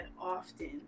often